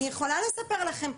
אני יכולה לספר לכם פה,